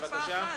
בבקשה.